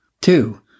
Two